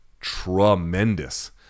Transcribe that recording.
tremendous